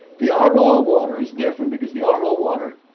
the ah ro water is different, because the ah ro water,